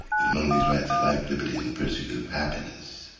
that among these rights are life, liberty and the pursuit of happiness.